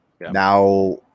Now